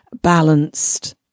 balanced